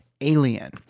alien